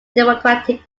democratic